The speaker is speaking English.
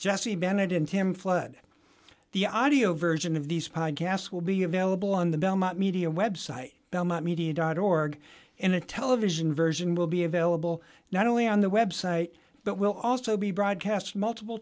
flood the audio version of these podcasts will be available on the belmont media website belmont media dot org and the television version will be available not only on the website but will also be broadcast multiple